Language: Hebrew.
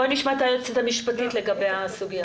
בואו נשמע את היועצת המשפטית לגבי הסוגיה.